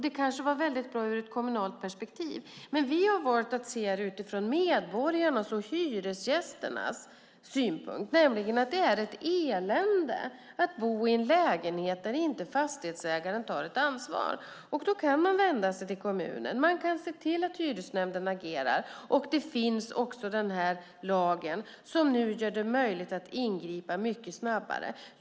Det kanske var väldigt bra ur ett kommunalt perspektiv, men vi har valt att se det utifrån medborgarnas och hyresgästernas synvinkel, nämligen att det är ett elände att bo i en lägenhet där fastighetsägaren inte tar ansvar. Då kan man vända sig till kommunen. Man kan se till att hyresnämnden agerar, och nu finns också den här lagen som gör det möjligt att ingripa mycket snabbare.